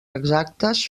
exactes